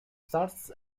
starts